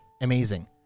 Amazing